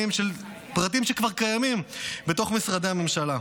עם פרטים שכבר קיימים במשרדי הממשלה.